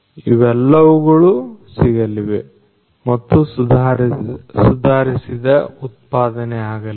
ಇವೆಲ್ಲವುಗಳು ಸಿಗಲಿವೆ ಮತ್ತು ಸುಧಾರಿಸಿದ ಉತ್ಪಾದನೆ ಆಗಲಿದೆ